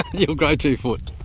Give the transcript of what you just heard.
you'll grow two foot!